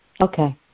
Okay